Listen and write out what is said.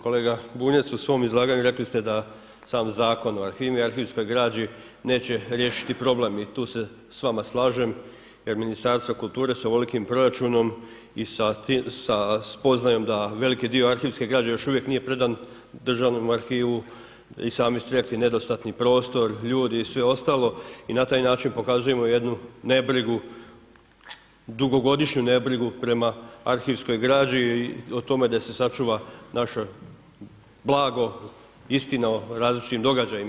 Kolega Bunjac, u svom izlaganju rekli ste da sam Zakon o arhivima i arhivskoj građi neće riješiti problem i tu se s vama slažem jer Ministarstvo kulture s ovolikim proračunom i sa spoznajom da veliki dio arhivske građe još uvijek nije predan Državnom arhivu i sami ste rekli nedostatni prostor, ljudi i sve ostalo i na taj način pokazujemo jednu nebrigu, dugogodišnju nebrigu prema arhivskoj građi i o tome da se sačuva naše blago, istina o različitim događajima.